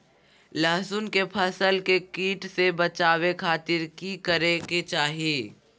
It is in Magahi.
लहसुन के फसल के कीट से बचावे खातिर की करे के चाही?